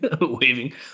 waving